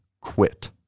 quit